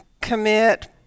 commit